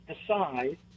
decide